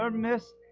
um miss.